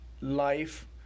life